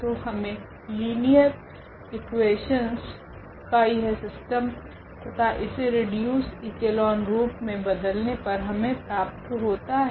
तो हमे linear equations का यह सिस्टम तथा इसे रिड्यूसड इक्लोन रूप मे बदलने पर हमे प्राप्त होता है